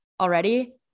already –